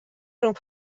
rhwng